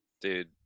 dude